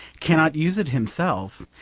cannot use it himself,